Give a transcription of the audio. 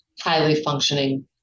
highly-functioning